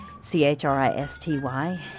C-H-R-I-S-T-Y